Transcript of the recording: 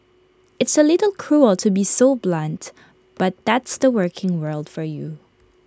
it's A little cruel to be so blunt but that's the working world for you